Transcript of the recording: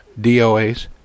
DOAs